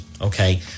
okay